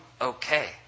okay